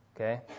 okay